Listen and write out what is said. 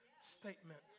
statement